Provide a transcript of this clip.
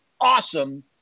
awesome